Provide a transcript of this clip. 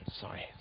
Sorry